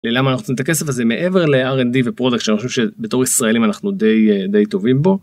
למה אני רוצה את הכסף הזה מעבר לארנדי ופרודק שאני חושב שבתור ישראלים אנחנו די די טובים בו.